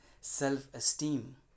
self-esteem